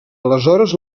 aleshores